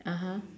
(uh huh)